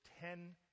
ten